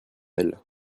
elles